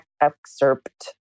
excerpt